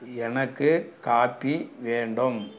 எனக்கு காப்பி வேண்டும்